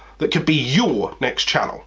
that could be your next channel